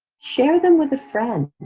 share them with a friend,